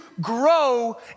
grow